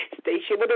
Station